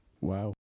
Wow